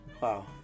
Wow